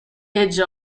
edge